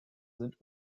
sind